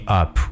up